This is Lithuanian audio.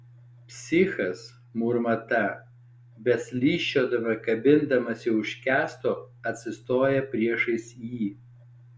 psichas murma ta bet slysčiodama kabindamasi už kęsto atsistoja priešais jį